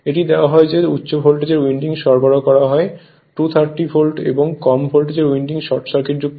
এটি দেওয়া হয় যে উচ্চ ভোল্টেজ উইন্ডিং সরবরাহ করা হয় 230 ভোল্টে এবং কম ভোল্টেজ উইন্ডিং শর্ট সার্কিটযুক্ত হয়